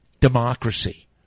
democracy